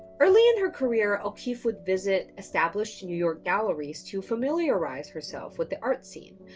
early in her career, o'keeffe would visit established new york galleries to familiarize herself with the art scene.